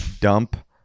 dump